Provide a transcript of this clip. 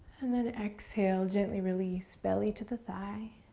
and then exhale, gently release, belly to the thigh.